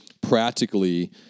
practically